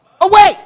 away